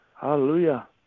Hallelujah